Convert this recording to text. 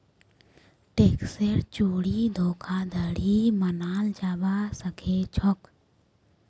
टैक्सेर चोरी धोखाधड़ी मनाल जाबा सखेछोक